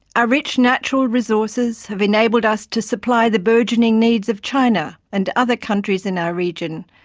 our rich natural resources have enabled us to supply the burgeoning needs of china and other countries in our region,